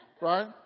right